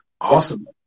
Awesome